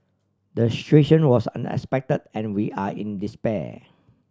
the was unexpected and we are in despair